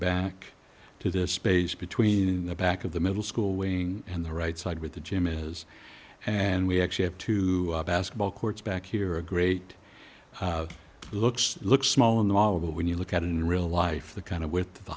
back to this space between in the back of the middle school wing and the right side with the gym is and we actually have two basketball courts back here a great looks looks small in the mall but when you look at it in real life the kind of with the